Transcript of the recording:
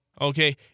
okay